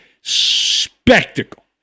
spectacle